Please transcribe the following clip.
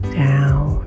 down